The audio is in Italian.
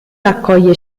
raccoglie